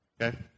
Okay